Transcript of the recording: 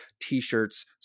t-shirts